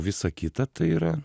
visa kita tai yra